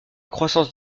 croissance